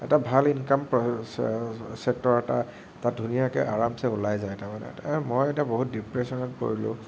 এটা ভাল ইনকাম প্ৰছে ছেক্টৰ এটা তাত ধুনীয়াকে আৰামছে ওলাই যায় তাৰমানে তে আৰু মই এতিয়া বহুত ডিপ্ৰেছনত পৰিলোঁ